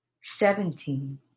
seventeen